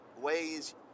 ways